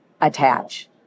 attach